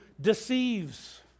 deceives